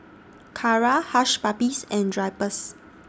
Kara Hush Puppies and Drypers